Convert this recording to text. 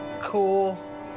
Cool